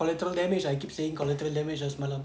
collateral damage I keep saying collateral damage [pe] semalam